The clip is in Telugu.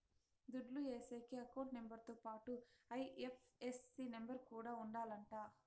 దుడ్లు ఏసేకి అకౌంట్ నెంబర్ తో పాటుగా ఐ.ఎఫ్.ఎస్.సి నెంబర్ కూడా ఉండాలంట